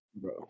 bro